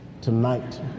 tonight